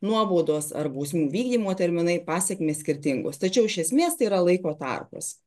nuobaudos ar bausmių vykdymo terminai pasekmės skirtingos tačiau iš esmės tai yra laiko tarpas